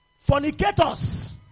fornicators